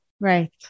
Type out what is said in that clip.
Right